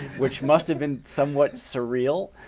which must have been somewhat surreal,